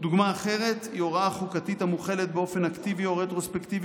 דוגמה אחרת היא הוראה חוקתית המוחלת באופן אקטיבי או רטרוספקטיבי,